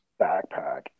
backpack